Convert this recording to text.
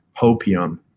hopium